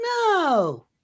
no